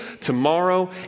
tomorrow